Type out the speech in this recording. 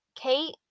Kate